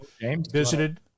visited